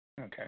Okay